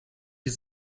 wir